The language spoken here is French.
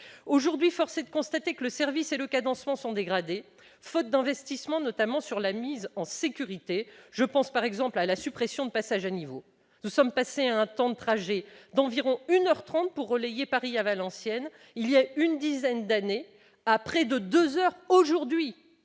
Aujourd'hui, force est de constater que le service et le cadencement sont dégradés. Faute d'investissements, notamment sur la mise en sécurité- je pense, par exemple, à la suppression des passages à niveau -, nous sommes passés à un temps de trajet d'environ 1 heure 30 pour relier Paris à Valenciennes il y a une dizaine d'années, à près de 2 heures aujourd'hui.